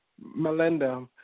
Melinda